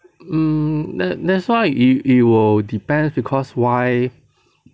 mm that's that's why it it will depends because why